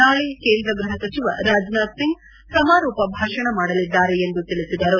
ನಾಳೆ ಕೇಂದ್ರ ಗೃಹ ಸಚಿವ ರಾಜನಾಥ್ ಸಿಂಗ್ ಸಮಾರೋಪ ಭಾಷಣ ಮಾಡಲಿದ್ದಾರೆ ಎಂದು ಹೇಳಿದರು